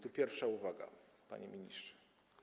Tu pierwsza uwaga, panie ministrze.